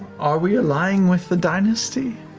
are we allying with the dynasty?